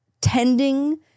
tending